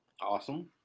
Awesome